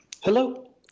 Hello